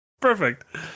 Perfect